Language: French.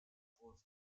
rose